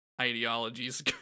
ideologies